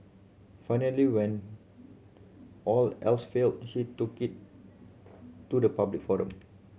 finally when all else failed she took it to the public forum